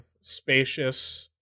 spacious